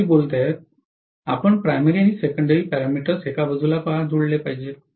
विद्यार्थीः आपण प्रायमरी आणि सेकंडरी पॅरामीटर्स एका बाजूला का जोडले पाहिजेत